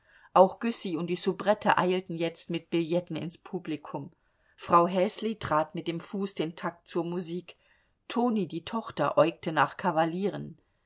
auch güssy und die soubrette eilten jetzt mit billetten ins publikum frau häsli trat mit dem fuß den takt zur musik toni die tochter äugte nach kavalieren